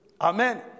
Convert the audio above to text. Amen